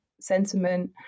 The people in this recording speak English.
sentiment